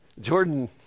Jordan